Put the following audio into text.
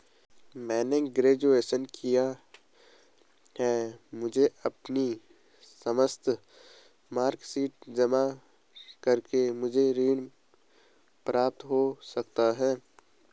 मैंने ग्रेजुएशन किया है मुझे अपनी समस्त मार्कशीट जमा करके मुझे ऋण प्राप्त हो सकता है?